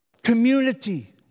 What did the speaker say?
Community